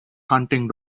hunting